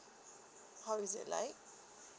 how is it like